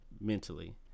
mentally